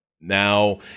Now